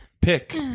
pick